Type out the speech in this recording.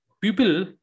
people